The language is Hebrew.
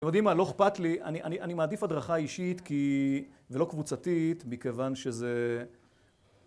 אתה יודעים מה, לא אכפת לי, אני מעדיף הדרכה אישית ולא קבוצתית מכיוון שזה